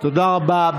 תודה רבה.